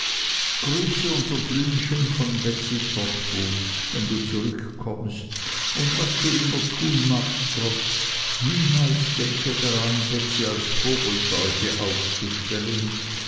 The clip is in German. grüße unser blümchen von betsey trotwood wenn du zurückkommst und was du immer tun magst trot niemals denke daran betsey als vogelscheuche aufzustellen